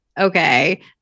okay